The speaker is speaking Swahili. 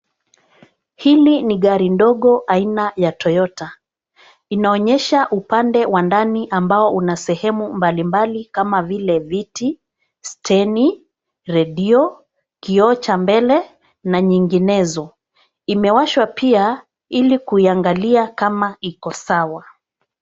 Hili ni gari ndogo aina ya Toyota. Inaonyesha upande wa ndani ambao una sehemu mbalimbali kama vile viti, steni, redio, kioo cha mbele na nyinginezo. Imewashwa pia ili kuiangalia kama iko sawa.